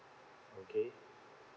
okay